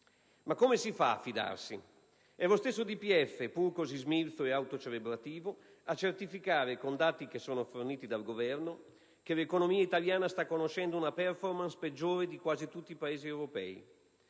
Ma come si fa a fidarsi? È lo stesso DPEF, pur così smilzo ed autocelebrativo, a certificare, con dati forniti dal Governo, che l'economia italiana sta conoscendo una *performance* peggiore di quasi tutti i Paesi europei;